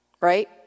Right